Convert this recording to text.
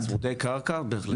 צמודי קרקע בהחלט.